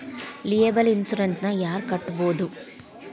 Liable insurance ನ ಯಾರ್ ಕಟ್ಬೊದು?